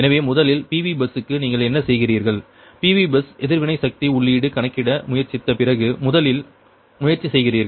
எனவே முதலில் PV பஸ்ஸுக்கு நீங்கள் என்ன செய்கிறீர்கள் PV பஸ் எதிர்வினை சக்தி உள்ளீடு கணக்கிட முயற்சித்த பிறகு முதலில் முயற்சி செய்கிறீர்கள்